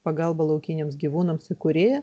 pagalba laukiniams gyvūnams įkūrėja